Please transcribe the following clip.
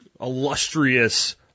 illustrious